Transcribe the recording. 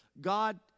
God